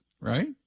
right